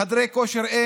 חדרי כושר,